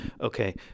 Okay